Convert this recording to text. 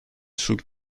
sul